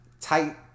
tight